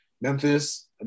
Memphis